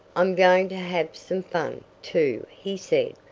i'm going to have some fun, too, he said,